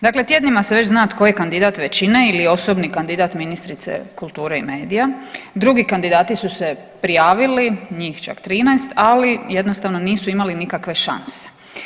Dakle, tjednima se već zna tko je kandidat većine ili osobni kandidat ministrice kulture i medija, drugi kandidati su se prijavili, njih čak 13, ali jednostavno nisu imali nikakve šanse.